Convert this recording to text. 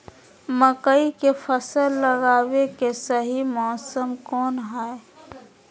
मकई के फसल लगावे के सही मौसम कौन हाय?